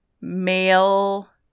male